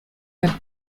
their